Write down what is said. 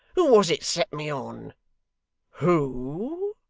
who was it set me on who?